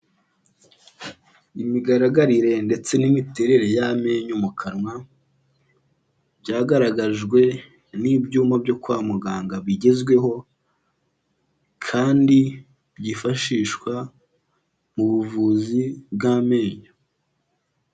Imigaragarire ndetse n'imiterere y'amenyo mu kanwa, byagaragajwe n'ibyuma byo kwa muganga bigezweho kandi byifashishwa mu buvuzi bw'amenyo.